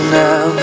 now